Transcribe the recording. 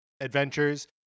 adventures